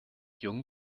jung